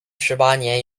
十八年